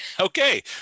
okay